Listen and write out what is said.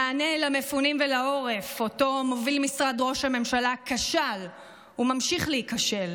המענה למפונים ולעורף שמוביל משרד ראש הממשלה כשל וממשיך להיכשל.